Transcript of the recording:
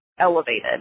elevated